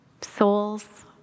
souls